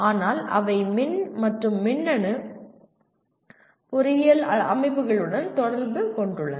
ஆனால் அவை மின் மற்றும் மின்னணு பொறியியல் அமைப்புகளுடன் தொடர்பு கொண்டுள்ளன